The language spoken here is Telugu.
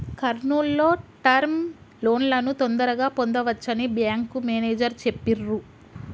కర్నూల్ లో టర్మ్ లోన్లను తొందరగా పొందవచ్చని బ్యేంకు మేనేజరు చెప్పిర్రు